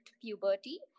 puberty